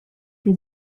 que